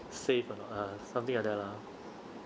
safe or not uh something like that lah